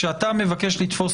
כשאתה מבקש לתפוס